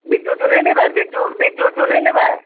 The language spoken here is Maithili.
बिज्जू उज्जू नहि लेबै बिज्जू बिज्जू उज्जू नहि लेबै